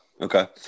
okay